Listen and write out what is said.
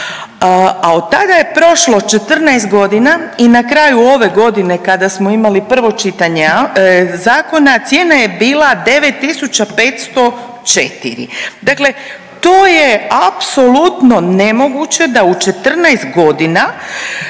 a od tada je prošlo 14 godina i na kraju ove godine, kada smo imali prvo čitanje zakona, cijena je bila 9504. Dakle to je apsolutno nemoguće da u 14 godina,